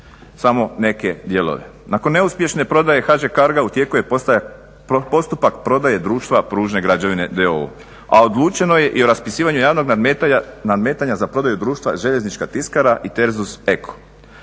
samo neke dijelove. "Nakon neuspješne prodaje HŽ Cargo-a u tijeku je postupak prodaje Društva Pružne građevine d.o.o., a odlučeno je i raspisivanje javnog nadmetanja za prodaju Društva Željeznička tiskara i Tersus Eko.